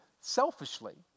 selfishly